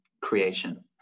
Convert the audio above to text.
creation